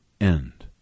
end